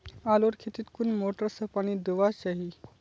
आलूर खेतीत कुन मोटर से पानी दुबा चही?